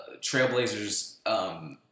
Trailblazers